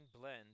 blend